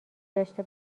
داشته